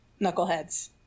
knuckleheads